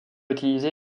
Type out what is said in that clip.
utilisé